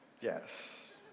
Yes